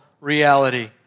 reality